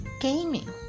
gaming